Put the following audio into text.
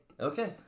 Okay